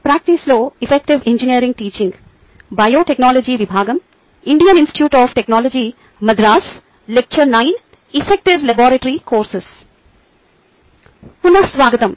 పునఃస్వాగతం